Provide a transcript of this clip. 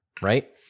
right